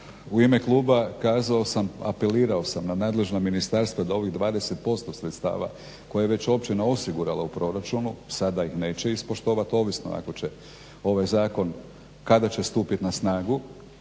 u ime kluba kazao sam, apelirao sam na nadležna ministarstva da ovih 20% sredstava koje već općina osigurala u proračunu sada ih neće ispoštovati ovisno ako će ovaj zakon kada će stupiti na snagu